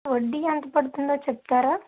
వడ్డీ ఎంత పడుతుందో చెప్తారా